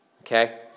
Okay